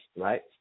right